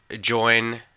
join